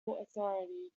authority